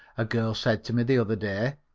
a girl said to me the other day.